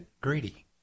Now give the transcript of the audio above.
greedy